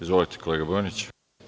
Izvolite kolega Bojaniću.